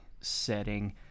setting